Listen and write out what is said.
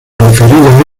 referida